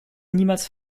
niemals